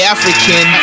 African